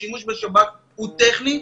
השימוש בשב"כ הוא טכני,